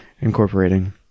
incorporating